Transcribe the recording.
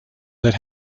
that